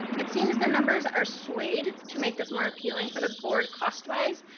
it seems the numbers are swayed to make this more appealing for the board cost wise,